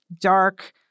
dark